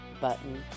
button